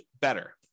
better